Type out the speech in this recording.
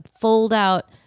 fold-out